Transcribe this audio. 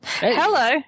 Hello